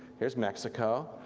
here's mexico,